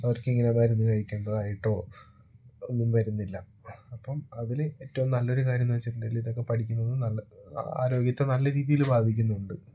അവർക്കിങ്ങനെ മരുന്ന് കഴിക്കേണ്ടതായിട്ടോ ഒന്നും വരുന്നില്ല അപ്പം അതില് ഏറ്റവും നല്ലൊരു കാര്യം എന്ന് വെച്ചിട്ടുണ്ടെങ്കില് ഇതൊക്കെ പഠിക്കുന്നത് നല്ല ആരോഗ്യത്തെ നല്ല രീതിയില് ബാധിക്കുന്നുണ്ട്